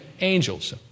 angels